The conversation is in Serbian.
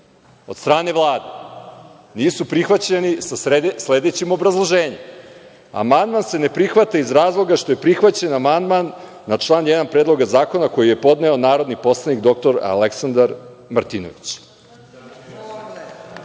od strane Vlade, nisu prihvaćeni sa sledećim obrazloženjem – amandman se ne prihvata iz razloga što je prihvaćen amandman na član 1. Predloga zakona koji je podneo narodni poslanik dr Aleksandar Martinović. Nije